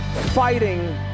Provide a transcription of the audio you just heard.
fighting